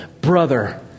brother